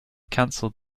cancelled